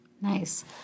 Nice